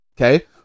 Okay